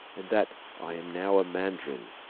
and that i am now a mandarin.